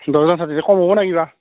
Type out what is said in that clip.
dozen ষাঠিকৈ কম হ'ব নে কিবা